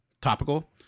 topical